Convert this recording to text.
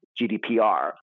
GDPR